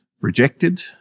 rejected